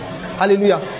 Hallelujah